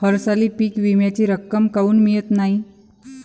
हरसाली पीक विम्याची रक्कम काऊन मियत नाई?